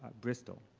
bristol.